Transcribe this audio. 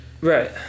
Right